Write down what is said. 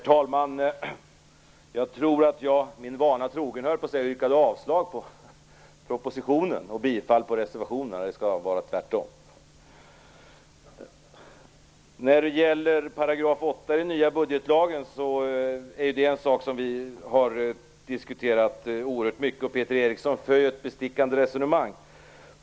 Herr talman! 8 § i den nya budgetlagen är något som vi har diskuterat oerhört mycket, och Peter Eriksson för ju ett bestickande resonemang.